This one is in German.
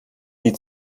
die